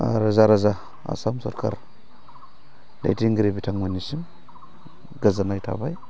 रोजा रोजा आसाम सरखार दैदेनगिरि बिथांमोननिसिम गोजोननाय थाबाय